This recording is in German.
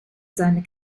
seine